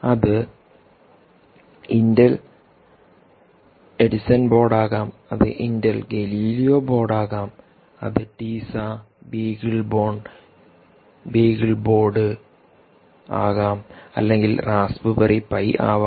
അത് Intel Edison board ആകാം അത് ഇന്റൽ ഗലീലിയോ ബോർഡ് ആകാം അത് ടീസ ബീഗിൾബോർഡ് ബീഗിൾബോൺ ആകാംഅല്ലെങ്കിൽ റാസപ്ബറി പൈആവാം